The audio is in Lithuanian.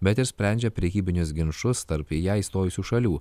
bet ir sprendžia prekybinius ginčus tarp į ją įstojusių šalių